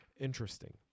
Interesting